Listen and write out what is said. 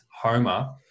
homer